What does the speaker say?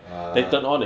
ah